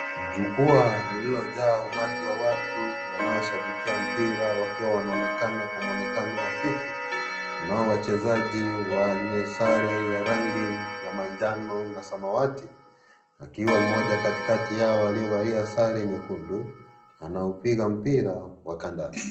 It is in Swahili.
Jukwaa lililojaa umati wa watu wanaoshabikia mpira, wakiwa wanaonekana kwa mwonekano hafifu na wachezaji wenye sare ya rangi ya manjano na samawati, akiwa mmoja katikati yao aliyevalia sare nyekundu, anaupiga mpira wa kandanda.